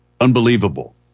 Unbelievable